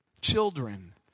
Children